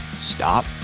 Stop